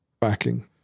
backing